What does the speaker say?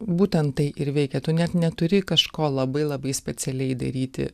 būtent tai ir veikia tu net neturi kažko labai labai specialiai daryti